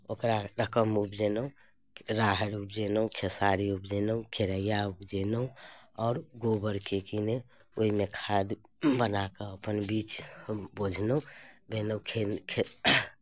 ओकरा रकम उपजेलहुँ राहरि उपजेलहुँ खेसारी उपजेलहुँ खेरइया उपजेलहुँ आओर गोबरके किने ओहिमे खाद बना कऽ अपन बीच हम बौझलहुँ गेलहुँ